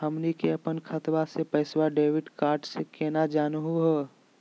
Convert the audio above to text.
हमनी के अपन खतवा के पैसवा डेबिट कार्ड से केना जानहु हो?